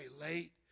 late